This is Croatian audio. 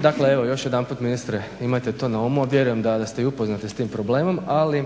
Dakle još jedanput ministre imajte to na umu, vjerujem da se i upoznati s tim problemom ali